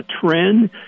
trend